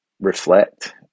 reflect